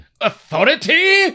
Authority